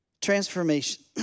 Transformation